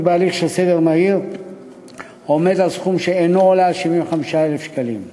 בהליך של סדר מהיר עומד על סכום שאינו עולה על 75,000 שקלים.